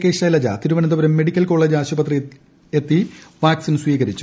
K Shailaja Thiruvananthapuram medical college ആശുപത്രിയിലെത്തി vaccine സ്വീകരിച്ചു